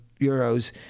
euros